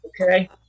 Okay